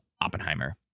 Oppenheimer